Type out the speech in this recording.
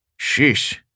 Sheesh